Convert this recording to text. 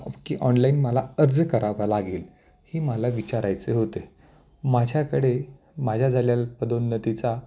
की ऑनलाईन मला अर्ज करावा लागेल ही मला विचारायचे होते माझ्याकडे माझ्या झालेल्या पदोन्नतीचा